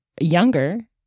younger